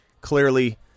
clearly